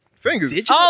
Fingers